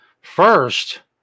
First